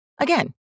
Again